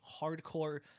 hardcore